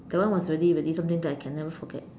that one was really really something that I can never forget